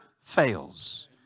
fails